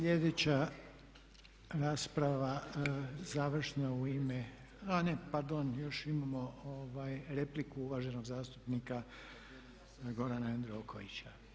Sljedeća rasprava završna u ime, a ne pardon, još imamo repliku uvaženog zastupnika Gordana Jandrokovića.